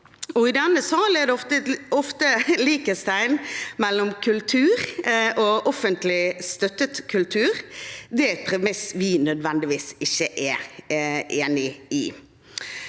I denne sal er det ofte likhetstegn mellom kultur og offentlig støttet kultur. Det er et premiss vi nødvendigvis ikke er enig i.